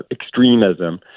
extremism